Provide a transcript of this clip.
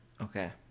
Okay